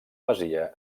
masia